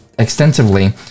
extensively